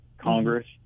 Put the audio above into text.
Congress